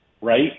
right